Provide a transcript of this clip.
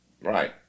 Right